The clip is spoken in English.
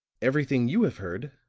everything you have heard,